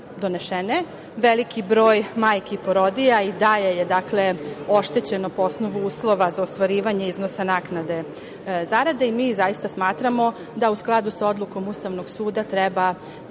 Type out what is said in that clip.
donesene. Veliki broj majki i porodilja i dalje je oštećen po osnovu uslova za ostvarivanje iznosa naknade zarade i mi smatramo da u skladu sa Odlukom Ustavnog suda treba